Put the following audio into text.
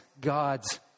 God's